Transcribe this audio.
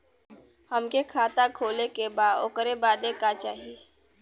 हमके खाता खोले के बा ओकरे बादे का चाही?